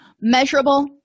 Measurable